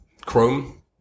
Chrome